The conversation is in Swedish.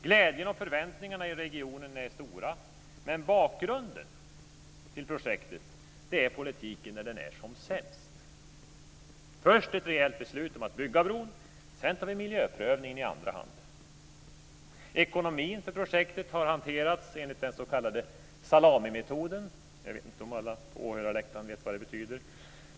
Glädjen och förväntningarna i regionen är stora. Men bakgrunden till projektet är politik när den är som sämst. Först ett reellt beslut om att bygga bron, sedan tar vi miljöprövningen i andra hand. Ekonomin för projektet har hanterats enligt den s.k. salamimetoden. Jag vet inte om alla på åhörarläktaren vet vad det betyder.